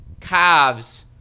Cavs